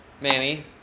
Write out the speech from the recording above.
Manny